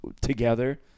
together